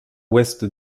ouest